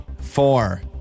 four